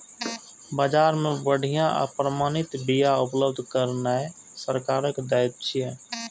बाजार मे बढ़िया आ प्रमाणित बिया उपलब्ध करेनाय सरकारक दायित्व छियै